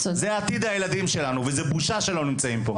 זה עתיד הילדים שלנו וזאת בושה שלא נמצאים פה.